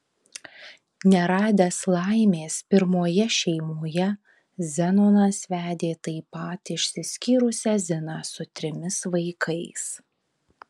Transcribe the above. neradęs laimės pirmoje šeimoje zenonas vedė taip pat išsiskyrusią ziną su trimis vaikais